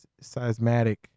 seismic